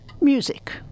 music